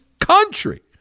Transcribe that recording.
country